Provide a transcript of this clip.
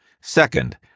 Second